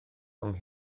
rhwng